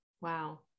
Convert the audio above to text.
Wow